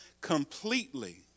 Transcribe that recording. completely